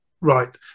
Right